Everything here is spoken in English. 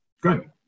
Good